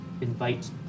invite